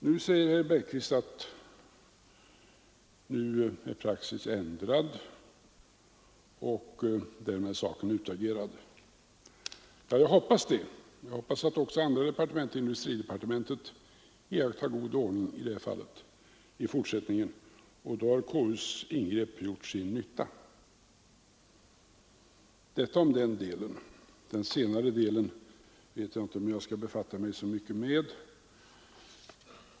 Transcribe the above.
Nu säger herr Bergqvist att praxis har ändrats och att saken därmed är utagerad. Jag hoppas det, och jag hoppas att också andra departement än industridepartementet iakttar god ordning i det avseendet i fortsättningen, och i så fall har konstitutionsutskottets ingripande gjort sin nytta. Detta om den delen. Den senare delen vet jag inte om jag skall befatta mig så mycket med.